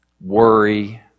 worry